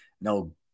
No